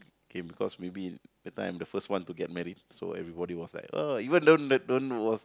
K because maybe that time the first one to get married so everybody was like uh even don't don't was